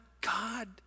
God